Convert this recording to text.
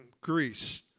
Greece